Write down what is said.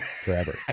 forever